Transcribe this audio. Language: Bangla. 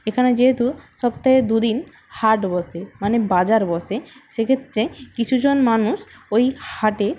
এখানে যেহেতু সপ্তাহে দু দিন হাট বসে মানে বাজার বসে সেক্ষেত্রে কিছুজন মানুষ ওই হাটে